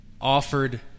offered